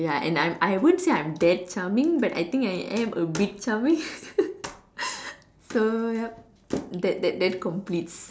ya and I'm I won't say I'm that charming but I think I'm a bit charming so yup that that that completes